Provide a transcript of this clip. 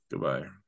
Goodbye